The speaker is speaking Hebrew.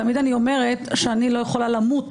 תמיד אני אומרת שאני לא יכולה למות,